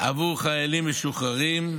עבור חיילים משוחררים,